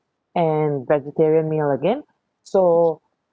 and vegetarian meal again so